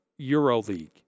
EuroLeague